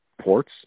ports